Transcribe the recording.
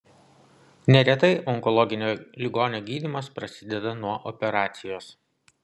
neretai onkologinio ligonio gydymas prasideda nuo operacijos